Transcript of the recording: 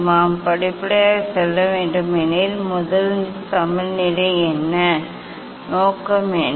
தொலைநோக்கியின் முதல் சமநிலை என்ன நோக்கம் என்ன